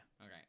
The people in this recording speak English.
Okay